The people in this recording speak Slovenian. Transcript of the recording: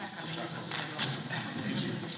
Hvala